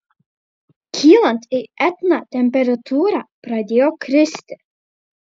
kylant į etną temperatūra pradėjo kristi